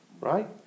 right